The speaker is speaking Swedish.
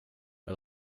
jag